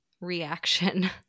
reaction